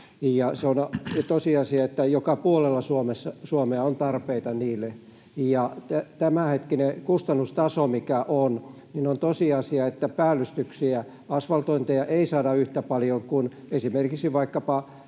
tiet. Tosiasia on, että joka puolella Suomea on tarpeita niille. Tämänhetkisellä kustannustasolla, mikä on, on tosiasia, että päällystyksiä, asvaltointeja, ei saada yhtä paljon kuin esimerkiksi vaikkapa